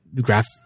graph